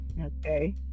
Okay